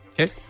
Okay